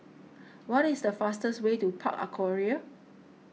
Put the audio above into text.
what is the fastest way to Park Aquaria